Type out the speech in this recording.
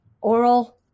oral